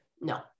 no